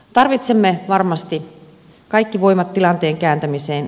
tarvitsemme varmasti kaikki voimat tilanteen kääntämiseen